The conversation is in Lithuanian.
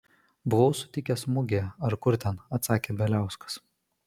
buvau sutikęs mugėje ar kur ten atsakė bieliauskas